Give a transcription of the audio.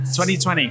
2020